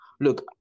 look